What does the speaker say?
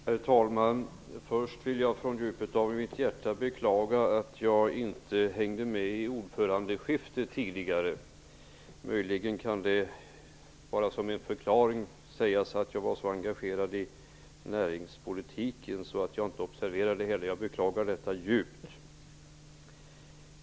Herr talman! Först vill jag från djupet av mitt hjärta beklaga att jag inte hängde med i ordförandeskiftet tidigare. Möjligen kan det som en förklaring sägas att jag var så engagerad i näringspolitiken att jag inte observerade det hela. Jag beklagar detta djupt.